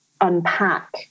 unpack